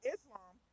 Islam